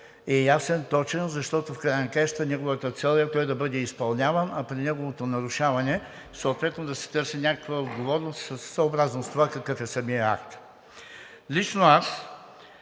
е ясен и точен, защото неговата цел е той да бъде изпълняван, а при неговото нарушаване съответно да се търси някаква отговорност съобразно това какъв е самият акт. Лично за